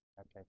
Okay